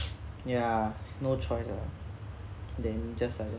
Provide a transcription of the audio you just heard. ya no choice lor then just like